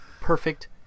perfect